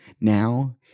Now